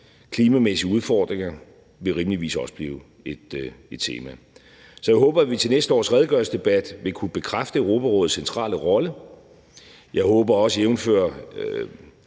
Klimamæssige udfordringer vil rimeligvis også blive et tema. Så jeg håber, at vi til næste års redegørelsesdebat vil kunne bekræfte Europarådets centrale rolle. Jeg håber også, jævnfør hr.